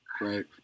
Right